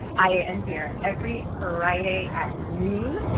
i am here every friday at noon,